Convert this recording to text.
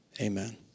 Amen